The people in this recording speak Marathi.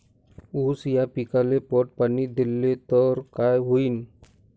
ऊस या पिकाले पट पाणी देल्ल तर काय होईन?